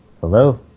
hello